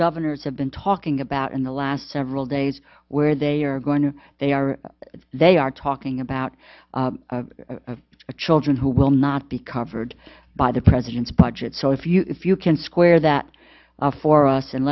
governors have been talking about in the last several days where they are going to they are they are talking about the children who will not be covered by the president's budget so if you if you can square that for us and